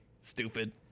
Stupid